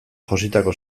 jositako